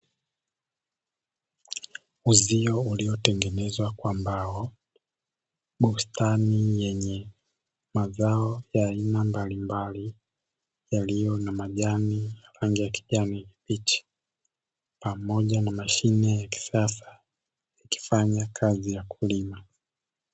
Uzio uliotengenezwa kwa mbao, bustani yenye mazao ya aina mbalimbali yaliyo na majani ya rangi ya kijani kibichi, pamoja na mashine ya kisasa ikifanya kazi ya kulima.